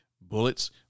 bullets